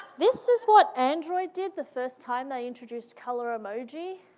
this is what android did the first time they introduced color emoji?